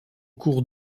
cours